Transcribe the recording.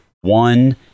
one